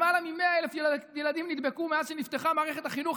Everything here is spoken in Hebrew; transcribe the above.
למעלה מ-100,000 ילדים נדבקו מאז שנפתחה מערכת החינוך.